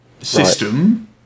system